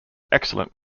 excellent